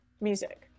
music